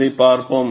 அதையும் பார்ப்போம்